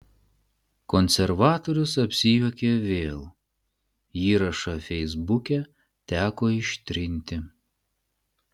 konservatorius apsijuokė vėl įrašą feisbuke teko ištrinti